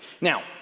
Now